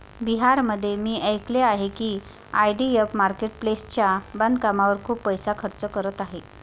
बिहारमध्ये मी ऐकले आहे की आय.डी.ए मार्केट प्लेसच्या बांधकामावर खूप पैसा खर्च करत आहे